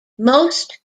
most